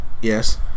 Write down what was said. Yes